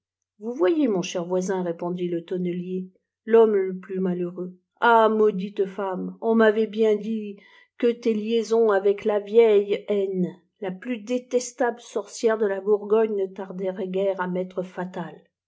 vous voyez mon cher voisin répondit le tonnelier l'homme le plus malheureux ah maudite femme on m'avait bien dit que tes liaisons avec laf vieille n la plus détestable sorcière de là bourgogne ne tarderaient guère à m'étre fatales